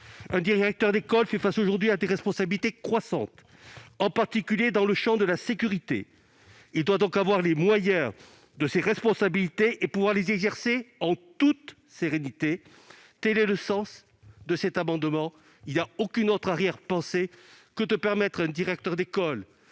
Un directeur d'école fait face, aujourd'hui, à des responsabilités croissantes, en particulier dans le champ de la sécurité. Il doit donc avoir les moyens de ses responsabilités et pouvoir les exercer en toute sérénité. Tel est le sens de cet amendement. Il n'y a aucune autre arrière-pensée ici que de permettre à un directeur d'école